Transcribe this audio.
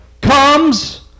comes